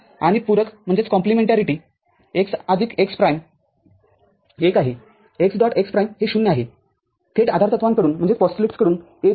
आणि पूरक x आदिक x प्राईम १ आहे x डॉट x प्राईम हे ० आहे थेट आधारतत्वांकडून येत आहे